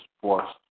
force